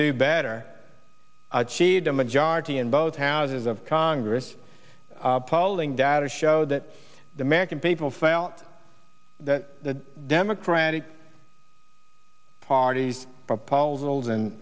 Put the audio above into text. do better achieved a majority in both houses of congress polling data showed that the american people felt that the democratic party's proposals and